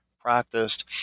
practiced